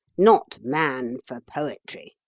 not man for poetry.